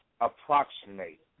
approximate